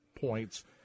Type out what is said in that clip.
points